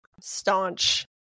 staunch